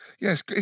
yes